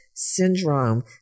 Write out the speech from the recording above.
syndrome